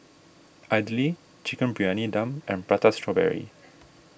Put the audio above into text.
Idly Chicken Briyani Dum and Prata Strawberry